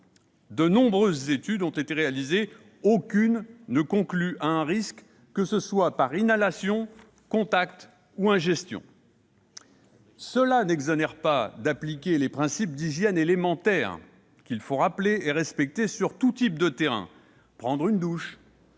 De nombreuses études ont été réalisées. Aucune ne conclut à un risque, que ce soit par inhalation, contact ou ingestion. Cela n'exonère pas d'appliquer les principes d'hygiène élémentaire, qu'il faut rappeler et respecter sur tout type de terrain : prendre une douche,